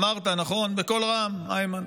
אמרת בקול רם, נכון, איימן?